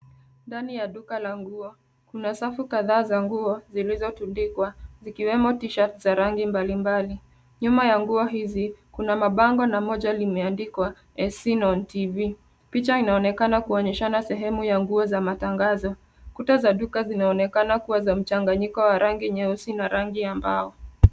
Ndani ya duka la nguo, kuna safu kadha wa kadha za nguo zilizotundikwa zikiwemo t-shirt za rangi mbali mbali. Nyuma ya nguo hizi kuna mabango na moja limeandikwa as seen on tv . Picha inaonekana kuonyeshana sehemu ya nguo za matangazo. Kuta za duka zinaonekana kuwa za mchanganyiko wa rangi nyeusi na rangi ya mbao